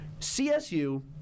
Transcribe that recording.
CSU